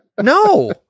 No